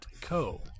co